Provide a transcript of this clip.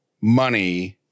money